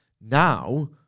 Now